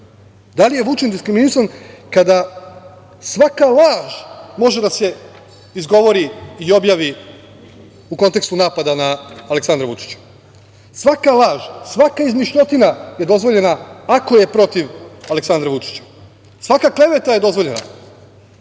Da li je Vučić diskriminisan kada svaka laž može da se izgovori i objavi u kontekstu napada na Aleksandra Vučića? Svaka laž, svaka izmišljotina je dozvoljena ako je protiv Aleksandra Vučića. Svaka kleveta je dozvoljena,